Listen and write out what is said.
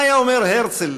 מה היה אומר הרצל,